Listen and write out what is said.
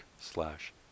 slash